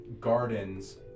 gardens